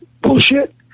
bullshit